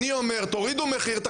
אני אומר: תורידו מחירים,